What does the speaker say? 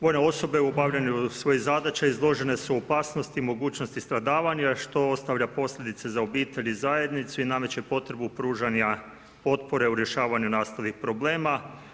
Ponaosob o obavljanju svojih zadaća izložene su opasnosti, mogućnosti stradavanja, što ostavlja posljedice za obitelj i zajednicu i nameće potrebu pružanja potpore u rješavanju nastalih problema.